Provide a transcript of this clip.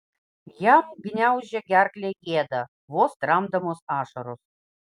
jam gniaužė gerklę gėda vos tramdomos ašaros